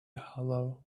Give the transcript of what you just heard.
hollow